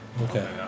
Okay